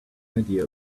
idea